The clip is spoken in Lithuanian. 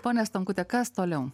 ponia stonkute kas toliau